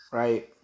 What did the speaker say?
right